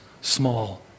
small